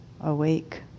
Awake